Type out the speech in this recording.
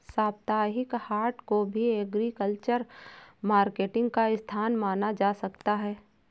साप्ताहिक हाट को भी एग्रीकल्चरल मार्केटिंग का स्थान माना जा सकता है